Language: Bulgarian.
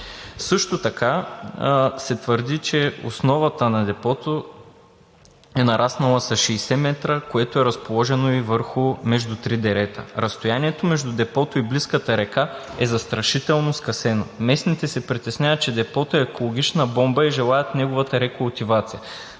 Също така се твърди, че основата на депото е нараснала с 60 м, което е разположено между три дерета. Разстоянието между депото и близката река е застрашително скъсено. Местните се притесняват, че депото е екологична бомба, и желаят неговата рекултивация.